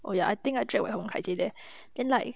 oh ya I think I drag wen yong haji there then like